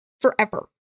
forever